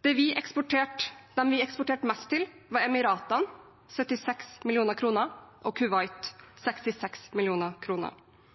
Dem vi eksporterte mest til, var Emiratene, 76 mill. kr, og Kuwait, 66